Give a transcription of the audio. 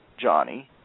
Johnny